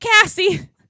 Cassie